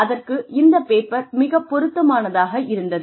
அதற்கு இந்த பேப்பர் மிகப் பொருத்தமானதாக இருந்தது